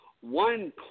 One